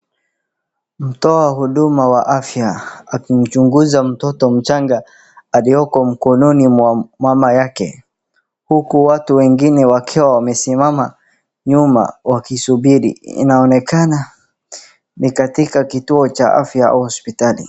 Mtoa huduma wa afya, akimchunguza mtoto mchanga alioko mkononi mwa mama yake huku watu wengine wakiwa wamesimama nyuma wakisubiri, inaonekana ni katika kituo cha afya au hospitali .